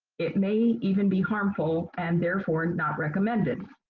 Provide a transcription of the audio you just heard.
it may even be harmful and therefore not recommended.